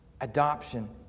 Adoption